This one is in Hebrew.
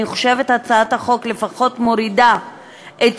אני חושבת שהצעת החוק לפחות מורידה את